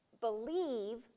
believe